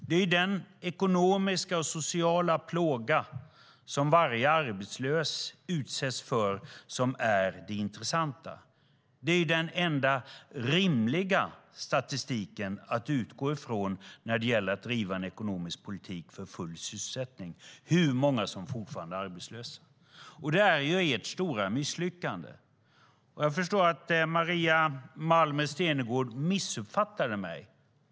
Det är den ekonomiska och sociala plåga som varje arbetslös utsätts för som är det intressanta. Det är den enda rimliga statistiken att utgå ifrån när det gäller att driva en ekonomisk politik för full sysselsättning. Det handlar om hur många som fortfarande är arbetslösa. Detta är ert stora misslyckande. Jag förstår att Maria Malmer Stenergard missuppfattade mig.